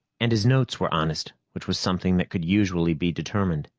and his notes were honest, which was something that could usually be determined.